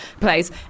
place